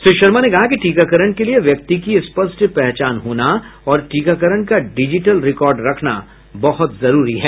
श्री शर्मा ने कहा कि टीकाकरण के लिए व्यक्ति की स्पष्ट पहचान होना और टीकाकरण का डिजीटल रिकॉर्ड रखना बहुत जरूरी है